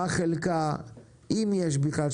מה חלקה, אם יש בכלל.